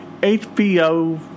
HBO